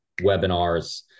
webinars